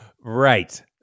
right